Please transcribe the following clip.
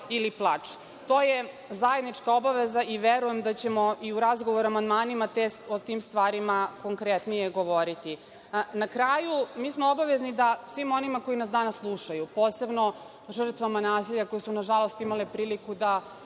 To je zajednička obaveza i verujem da ćemo i u razgovoru o amandmanima o tim stvarima konkretnije govoriti. Na kraju, mi smo obavezni da svima onima koji nas danas slušaju, posebno žrtvama nasilja koje su nažalost imale priliku da